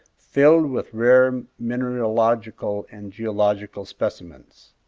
filled with rare mineralogical and geological specimens.